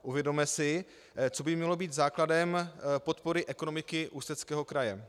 Uvědomme si, co by mělo být základem podpory ekonomiky Ústeckého kraje.